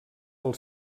del